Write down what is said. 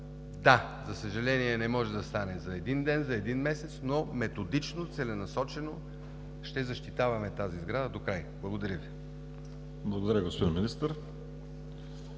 Да, за съжаление, не може да стане за един ден, за един месец, но методично и целенасочено ще защитаваме тази сграда докрай. Благодаря Ви. ПРЕДСЕДАТЕЛ ВАЛЕРИ